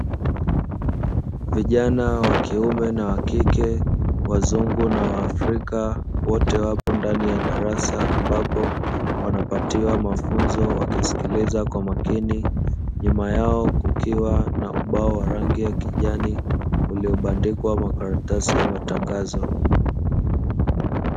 Vijana wa kiume na wa kike wazungu na waafrika wote wapo ndani ya darasa ambapo wanapatiwa mafunzo wakisikiliza kwa makini, nyuma yao kukiwa na ubao wa rangi ya kijani uliobandikwa karatasi ya matangazo.